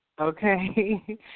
Okay